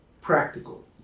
practical